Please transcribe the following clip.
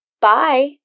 Bye